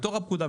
בתוך הפקודה,